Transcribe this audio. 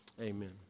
Amen